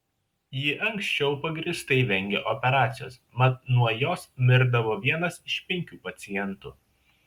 ji anksčiau pagrįstai vengė operacijos mat nuo jos mirdavo vienas iš penkių pacientų